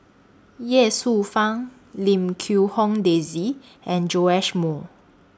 Ye Shufang Lim Quee Hong Daisy and Joash Moo